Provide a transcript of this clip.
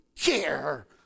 care